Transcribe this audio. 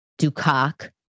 Dukak